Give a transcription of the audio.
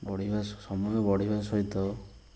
ବଢ଼ିବା ସହ ସମୟ ବଢ଼ିବା ସହିତ